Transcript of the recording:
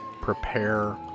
prepare